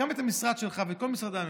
גם את המשרד שלך ואת כל משרדי הממשלה,